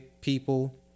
people